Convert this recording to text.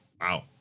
Wow